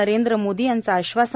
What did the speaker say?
नरेंद्र मोदी यांचं आश्वासन